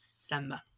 December